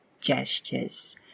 gestures